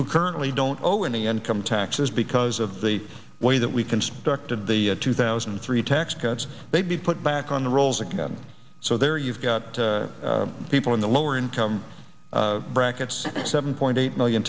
who currently don't owe any income taxes because of the way that we constructed the two thousand and three tax cuts they'd be put back on the rolls again so there you've got people in the lower income brackets seven point eight million